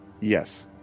yes